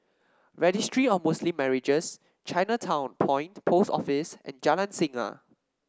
registry of Muslim Marriages Chinatown Point Post Office and Jalan Singa